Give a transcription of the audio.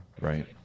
Right